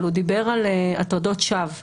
אבל הוא דיבר על הטרדות שווא.